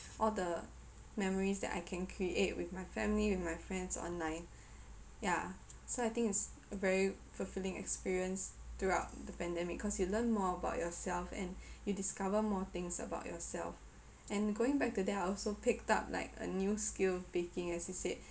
all the memories that I can create with my family with my friends online ya so I think is a very fulfilling experience throughout the pandemic cause you learn more about yourself and you discover more things about yourself and going back to that I also picked up like a new skill baking as you said